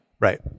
Right